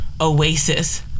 oasis